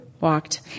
walked